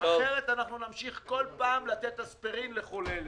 אחרת אנחנו נמשיך כל פעם לתת אספירין לכל אלה.